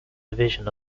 division